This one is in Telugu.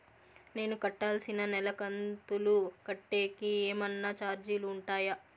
నేను కట్టాల్సిన నెల కంతులు కట్టేకి ఏమన్నా చార్జీలు ఉంటాయా?